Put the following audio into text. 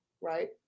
right